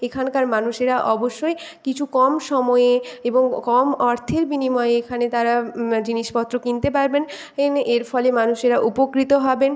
এখানকার মানুষেরা অবশ্যই কিছু কম সময়ে এবং কম অর্থের বিনিময়ে এখানে তারা জিনিসপত্র কিনতে পারবেন এন এর ফলে মানুষেরা উপকৃত হবেন